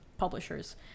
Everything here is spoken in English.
publishers